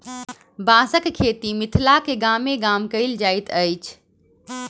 बाँसक खेती मिथिलाक गामे गाम कयल जाइत अछि